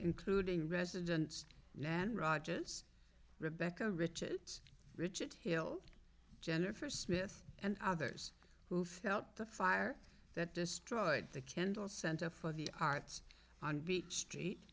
including residents len rogers rebecca riches richard hill jennifer smith and others who felt the fire that destroyed the kendall center for the arts on the street